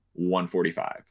145